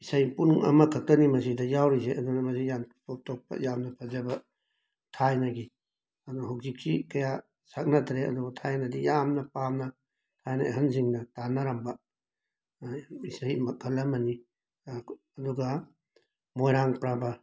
ꯏꯁꯩ ꯄꯨꯡ ꯑꯃꯈꯛꯀꯅꯤ ꯃꯁꯤꯗ ꯌꯥꯎꯔꯤꯁꯦ ꯑꯗꯨꯅ ꯃꯁꯤ ꯌꯥꯝ ꯇꯣꯞ ꯇꯣꯞꯄ ꯌꯥꯝꯅ ꯐꯖꯕ ꯊꯥꯏꯅꯒꯤ ꯑꯅ ꯍꯧꯖꯤꯛꯁꯤ ꯀꯌꯥ ꯁꯛꯅꯗ꯭ꯔꯦ ꯑꯗꯨꯕꯨ ꯊꯥꯏꯅꯗꯤ ꯌꯥꯝꯅ ꯄꯥꯝꯅ ꯊꯥꯏꯅꯩ ꯑꯍꯟꯁꯤꯡꯅ ꯇꯥꯅꯔꯝꯕ ꯏꯁꯩ ꯃꯈꯜ ꯑꯃꯅꯤ ꯑꯥ ꯑꯗꯨꯒ ꯃꯣꯏꯔꯥꯡ ꯄ꯭ꯔꯕ